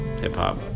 hip-hop